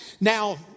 Now